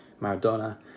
Maradona